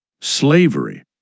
Slavery